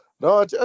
No